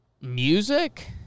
music